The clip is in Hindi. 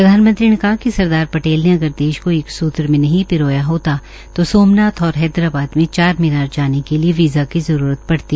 प्रधानमंत्री ने कहा कि सरदार पटेल ने अगर देश को एक सूत्र में नहीं पिरोया होता तो सोमनाथ और हैदराबाद में चार मीनार जाने के लिए वीज़ा की जरूरत पड़ती